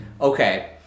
okay